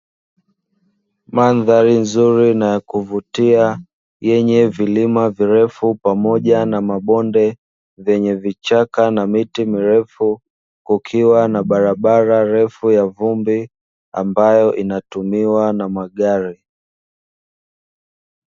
Mandhari nzuri na ya kuvutia, yenye vilima virefu pamoja na mabonde, zenye vichaka na miti mirefu, kukiwa na barabara refu ya vumbi ambayo inatumiwa na magari.